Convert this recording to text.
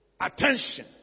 attention